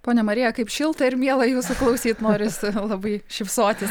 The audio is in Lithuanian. ponia marija kaip šilta ir miela jūsų klausyt noris labai šypsotis